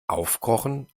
aufkochen